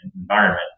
environment